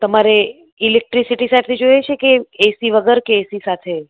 તમારે ઇલેક્ટ્રીસિટી સાથે જોઈએ છે કે એસી વગર કે એસી સાથે